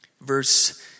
Verse